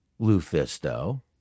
Lufisto